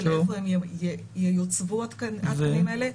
של איפה הם ייוצבו התקנים האלה.